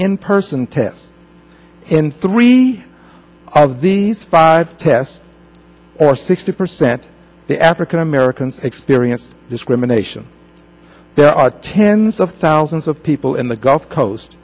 in person tests in three of these five tests or sixty percent the african americans experience discrimination there are tens of thousands of people in the gulf coast